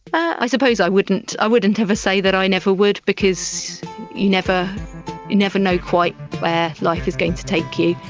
i suppose i wouldn't i wouldn't ever say that i never would because you never never know quite where life is going to take you,